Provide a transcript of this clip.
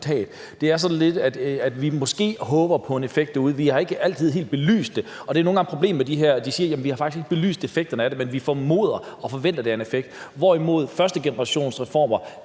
det er sådan lidt: Vi håber måske på en effekt derude, vi har ikke altid helt belyst det. Der er nogle gange et problem med, at de her siger, at de faktisk ikke har belyst effekterne af det, men at de formoder og forventer, at det har en effekt, hvorimod førstegenerationsreformer